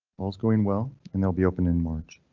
all is going well and they will be open in march.